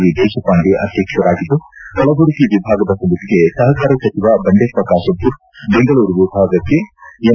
V Deshpande ಅಧ್ಯಕ್ಷರಾಗಿದ್ದು ಕಲಬುರಗಿ ವಿಭಾಗದ ಸಮಿತಿಗೆ ಸಹಕಾರ ಸಚಿವ ಬಂಡೆಪ್ಪ ಕಾಶಂಪೂರ್ ಬೆಂಗಳೂರು ವಿಭಾಗಕ್ಕೆ ಎನ್